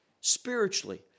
spiritually